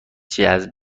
جذب